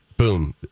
Boom